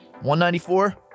194